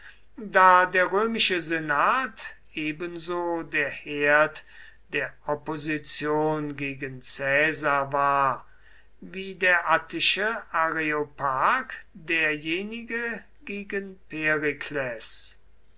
da der römische senat ebenso der herd der opposition gegen caesar war wie der attische areopag derjenige gegen